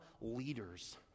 leaders